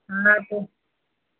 हाँ दो